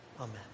Amen